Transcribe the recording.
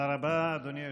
תודה רבה, אדוני היושב-ראש.